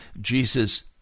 Jesus